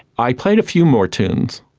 i played a few more tunes.